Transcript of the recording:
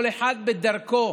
כל אחד בדרכו.